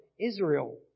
Israel